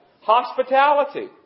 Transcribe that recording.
Hospitality